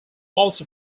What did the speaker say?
also